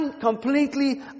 completely